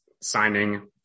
signing